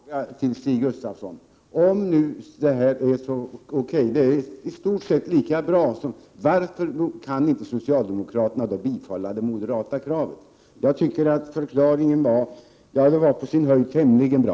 Herr talman! Låt mig trots den sena timmen ställa en enda fråga till Stig Gustafsson. Om den nuvarande ordningen är i stort sett lika bra som förslaget i reservationen, varför kan inte socialdemokraterna då bifalla det moderata kravet? Jag tycker att förklaringen på sin höjd var tämligen bra.